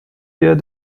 wir